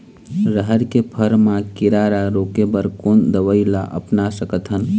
रहर के फर मा किरा रा रोके बर कोन दवई ला अपना सकथन?